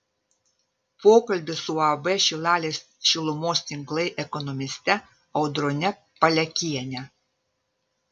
pokalbis su uab šilalės šilumos tinklai ekonomiste audrone palekiene